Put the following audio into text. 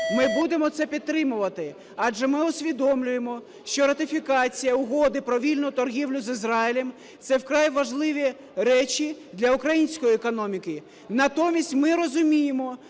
ми будемо це підтримувати. Адже ми усвідомлюємо, що ратифікація Угоди про вільну торгівлю з Ізраїлем – це вкрай важливі речі для української економіки. Натомість ми розуміємо,